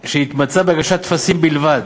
בתביעה שהתמצה בהגשת טפסים בלבד"